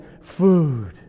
food